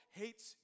hates